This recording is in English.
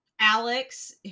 alex